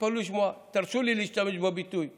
תתפלאו לשמוע, תרשו לי להשתמש בביטוי "צפונים",